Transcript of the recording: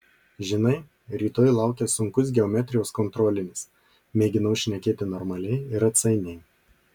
žinai rytoj laukia sunkus geometrijos kontrolinis mėginau šnekėti normaliai ir atsainiai